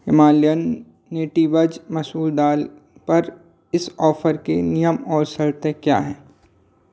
Himalayan natives मसूर दाल पर इस ऑफर के नियम और शर्तें क्या है